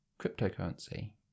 cryptocurrency